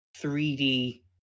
3D